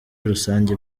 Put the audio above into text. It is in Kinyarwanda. rusange